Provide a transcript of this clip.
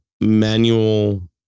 manual